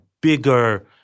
bigger